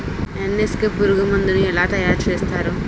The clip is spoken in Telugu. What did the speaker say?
ఎన్.ఎస్.కె పురుగు మందు ను ఎలా తయారు చేస్తారు?